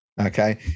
Okay